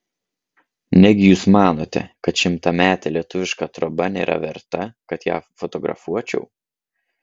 negi jūs manote kad šimtametė lietuviška troba nėra verta kad ją fotografuočiau